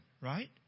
right